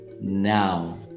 now